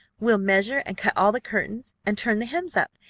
we'll measure and cut all the curtains, and turn the hems up.